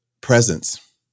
presence